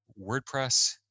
WordPress